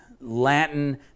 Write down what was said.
Latin